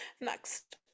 Next